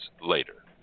later